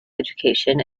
education